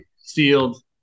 sealed